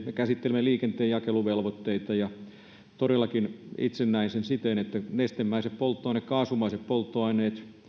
käsittelemme liikenteen jakeluvelvoitteita ja itse näen sen siten että nestemäiset polttoaineet kaasumaiset polttoaineet